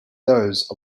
those